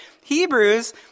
Hebrews